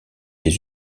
les